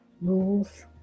rules